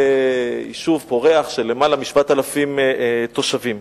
יישוב פורח של למעלה מ-7,000 תושבים.